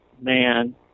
man